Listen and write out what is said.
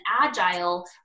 agile